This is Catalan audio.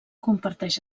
comparteix